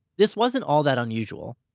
this wasn't all that unusual.